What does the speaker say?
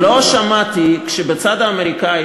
לא שמעתי אותך כשבצד האמריקני,